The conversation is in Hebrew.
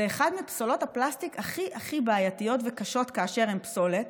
הם מפסולות הפלסטיק הכי הכי בעייתיות וקשות באשר הם פסולת,